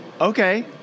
Okay